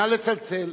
נא לצלצל.